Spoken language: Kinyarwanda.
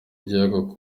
igihugu